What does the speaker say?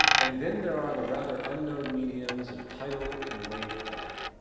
and then there are the rather unknown mediums of tidal and wave power.